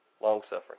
Long-suffering